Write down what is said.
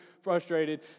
frustrated